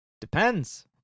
depends